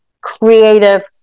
creative